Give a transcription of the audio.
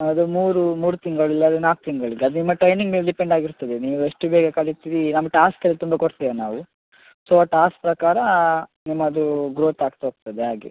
ಅದು ಮೂರು ಮೂರು ತಿಂಗಳು ಇಲ್ಲಾದರೆ ನಾಲ್ಕು ತಿಂಗಳಿಗೆ ಅದು ನಿಮ್ಮ ಟ್ರೈನಿಂಗ್ ಮೇಲೆ ಡಿಪೆಂಡ್ ಆಗಿರ್ತದೆ ನೀವೆಷ್ಟು ಬೇಗ ಕಲೀತಿರಿ ನಮ್ಮ ಟಾಸ್ಕ್ ಎಲ್ಲ ತುಂಬ ಕೊಡ್ತೇವೆ ನಾವು ಸೋ ಆ ಟಾಸ್ಕ್ ಪ್ರಕಾರ ನಿಮ್ಮದು ಗ್ರೋತ್ ಆಗ್ತಾ ಹೋಗ್ತದೆ ಹಾಗೆ